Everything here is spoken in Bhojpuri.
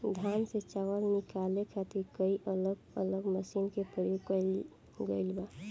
धान से चावल निकाले खातिर कई अलग अलग मशीन के प्रयोग कईल गईल बा